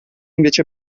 invece